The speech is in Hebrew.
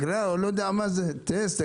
טסט?